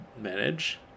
manage